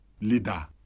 leader